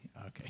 Okay